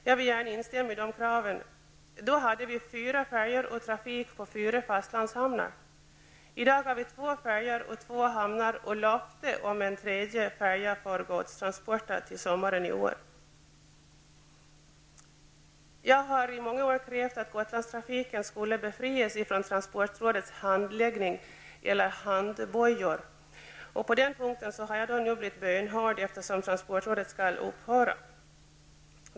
Jag vill gärna instämma i dessa krav. Då hade vi fyra färjor och trafik på fyra fastlandshamnar. I dag har vi två färjor och två hamnar och löfte om en tredje färja för godstransporter till sommaren i år. Jag har i många år krävt att Gotlandstrafiken skulle befrias från transportrådets handläggning -- eller handbojor -- och på den punkten har jag nu blivit bönhörd, eftersom transportrådet skall upphöra.